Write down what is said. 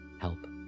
Help